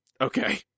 Okay